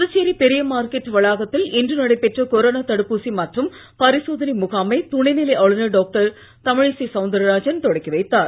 புதுச்சேரி பெரிய மார்க்கெட் வளாகத்தில் இன்று நடைபெற்ற கொரோனா தடுப்பூசி மற்றும் பரிசோதனை முகாமை துணைநிலை ஆளுநர் டாக்டர் தமிழிசை சவுந்தரராஜன் தொடங்கி வைத்தார்